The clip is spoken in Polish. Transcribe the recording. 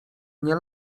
nie